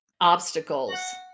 Obstacles